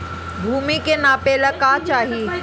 भूमि के नापेला का चाही?